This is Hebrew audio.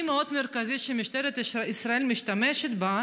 כלי מאוד מרכזי שמשטרת ישראל משתמשת בו